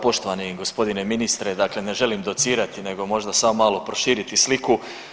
Poštovani gospodine ministre, dakle ne želim docirati nego možda samo malo proširiti sliku.